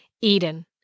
Eden